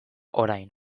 orain